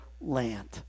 land